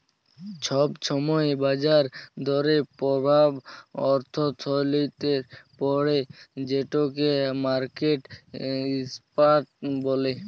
ছব ছময় বাজার দরের পরভাব অথ্থলিতিতে পড়ে যেটকে মার্কেট ইম্প্যাক্ট ব্যলে